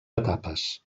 etapes